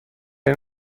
این